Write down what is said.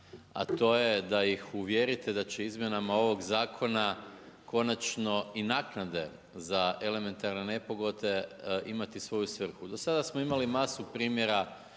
a to je da ih uvjerite da će izmjenama ovog zakona, konačno i naknade za elementarne nepogode imati svoju svrhu. Do sada smo imali masu primjera,